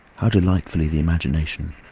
how delightfully the imagination,